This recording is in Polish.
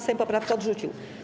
Sejm poprawkę odrzucił.